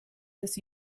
this